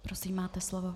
Prosím, máte slovo.